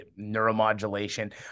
neuromodulation